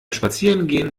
spazierengehen